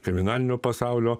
kriminalinio pasaulio